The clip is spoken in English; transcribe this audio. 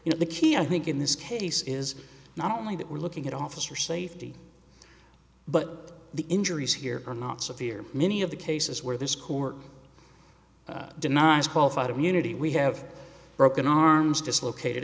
you know the key i think in this case is not only that we're looking at officer safety but the injuries here are not severe many of the cases where this court denies qualified immunity we have broken arms dislocated